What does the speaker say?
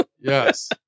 Yes